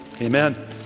amen